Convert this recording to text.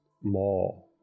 more